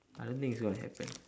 I don't think it's going to happen